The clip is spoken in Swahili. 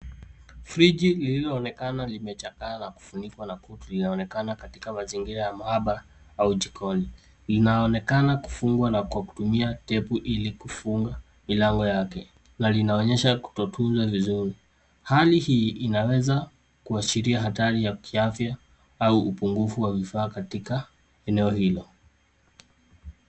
Friji lililoonekana limechakaa na kufunikwa na kutu linaonekana katika mazingira ya maabara au jikoni. Linaonekana kufungwa kwa kutumia tape ili kufunga milango yake na linaonyesha kutotunzwa vizuri. Hali hii inaweza kuashiria hatari ya kiafya au upungufu wa vifaa katika eneo hilo.